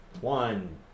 one